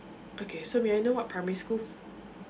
okay so may I know what primary school